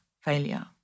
failure